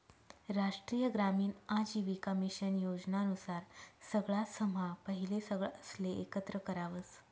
राष्ट्रीय ग्रामीण आजीविका मिशन योजना नुसार सगळासम्हा पहिले सगळासले एकत्र करावस